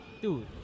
Dude